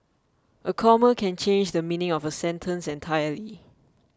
a comma can change the meaning of a sentence entirely